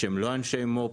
שהם לא אנשי מו"פ,